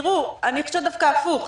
אני חושבת דווקא הפוך.